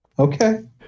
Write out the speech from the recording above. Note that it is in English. Okay